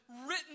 written